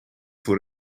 voor